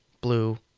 blue